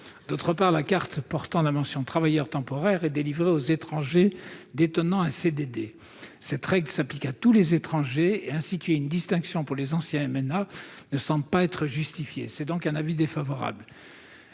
ailleurs, la carte portant la mention « travailleur temporaire » est délivrée aux étrangers détenant un CDD. Cette règle s'applique à tous les étrangers, et instituer une distinction pour les anciens MNA ne semble pas être justifié. La commission émet donc un avis défavorable